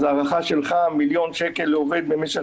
אז ההערכה שלך למיליון שקל לעובד במשך